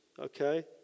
okay